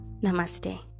Namaste